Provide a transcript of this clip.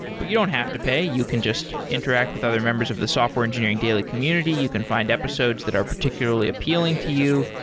but you don't have to pay. you can just interact with other members of the software engineering daily community, you can find episodes that are particularly appealing to you.